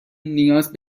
نیاز